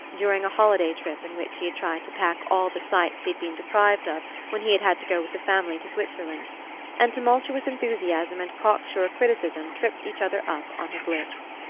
during a holiday trip in which he had tried to pack all the sights he had been deprived of when he had had to go with the family to switzerland and tumultuous enthusiasm and cock-sure criticism tripped each other up on his lips.